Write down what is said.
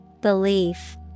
Belief